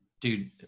dude